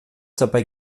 dabei